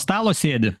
stalo sėdi